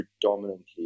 predominantly